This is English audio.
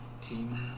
team